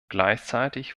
gleichzeitig